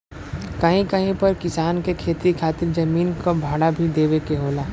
कहीं कहीं पर किसान के खेती खातिर जमीन क भाड़ा भी देवे के होला